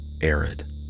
arid